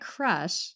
Crush